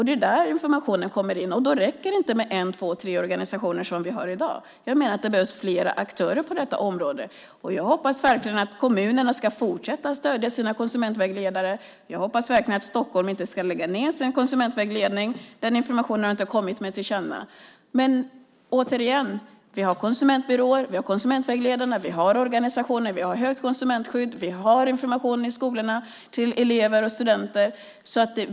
Det är där informationen kommer in, och då räcker det inte med två tre organisationer som vi har i dag. Jag menar att det behövs flera aktörer på detta område. Jag hoppas verkligen att kommunerna ska fortsätta att stödja sina konsumentvägledare, och jag hoppas verkligen att Stockholm inte ska lägga ned sin konsumentvägledning. Den informationen har inte kommit till min kännedom. Återigen: Vi har konsumentbyråer, vi har konsumentvägledarna, vi har organisationer, vi har starkt konsumentskydd, vi har information i skolorna till elever och studenter.